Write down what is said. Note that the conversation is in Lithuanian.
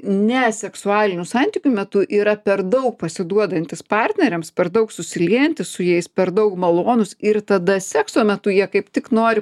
ne seksualinių santykių metu yra per daug pasiduodantys partneriams per daug susiliejantys su jais per daug malonūs ir tada sekso metu jie kaip tik nori